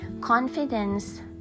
confidence